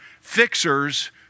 fixers